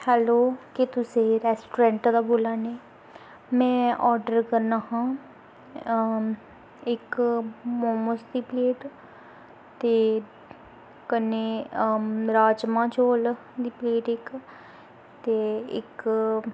hello केह् तुस एह् रैस्टोरैंट दा बोला ने में आर्डर करना हा इक मोमोस दी प्लेट ते कन्नै राजमाह् चौल दी प्लेट इक ते इक